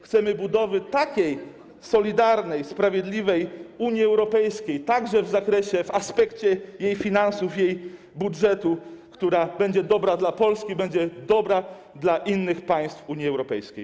Chcemy budowy takiej solidarnej, sprawiedliwej Unii Europejskiej, także w zakresie, w aspekcie jej finansów, jej budżetu, która będzie dobra dla Polski, będzie dobra dla innych państw Unii Europejskiej.